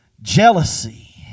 jealousy